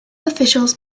officials